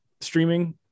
streaming